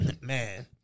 Man